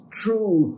true